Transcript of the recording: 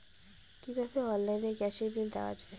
কিভাবে অনলাইনে গ্যাসের বিল দেওয়া যায়?